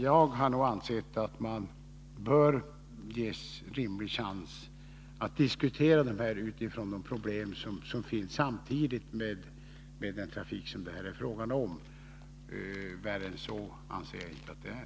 Jag har ansett att det bör finnas en rimlig chans till diskussion av de problemen när det gäller den här trafiken. Värre än så anser jag inte att det är.